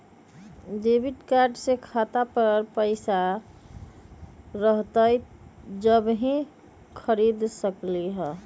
Debit card से खाता पर पैसा रहतई जब ही खरीद सकली ह?